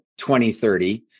2030